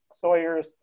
Sawyer's